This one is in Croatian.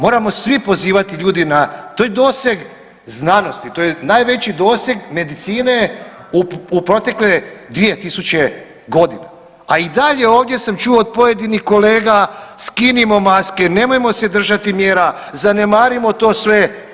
Moramo svi pozivati ljude na, to je doseg znanosti, to je najveći doseg medicine u protekle 2000.g., a i dalje ovdje sam čuo od pojedinih kolega skinimo maske, nemojmo se držati mjera, zanemarimo to sve.